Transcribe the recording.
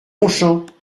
longchamps